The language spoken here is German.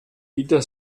wieder